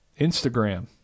instagram